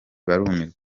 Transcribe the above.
barumirwa